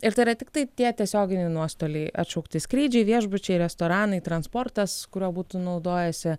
ir tai yra tiktai tie tiesioginiai nuostoliai atšaukti skrydžiai viešbučiai restoranai transportas kuriuo būtų naudojęsi